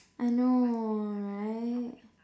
I know right